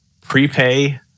prepay